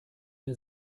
der